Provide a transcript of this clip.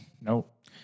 Nope